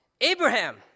Abraham